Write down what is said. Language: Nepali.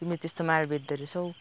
तिमीले त्यस्तो माल बेच्दोरहेछौ